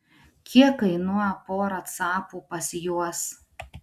kiek kainuoja pora capų pas juos